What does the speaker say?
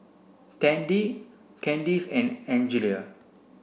Tandy Candyce and Angelia